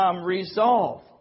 resolve